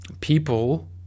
People